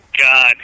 God